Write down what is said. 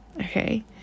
okay